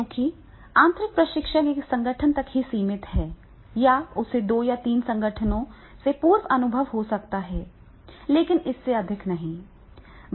क्योंकि आंतरिक प्रशिक्षक एक संगठन तक ही सीमित है या उसे दो या तीन संगठनों से पूर्व अनुभव हो सकता है लेकिन इससे अधिक नहीं